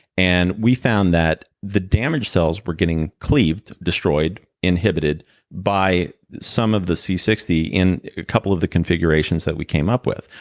and we found that the damaged cells were getting cleaved, destroyed, inhibited by some of the c sixty in a couple of the configurations that we came up with.